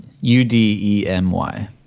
U-D-E-M-Y